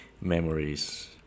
memories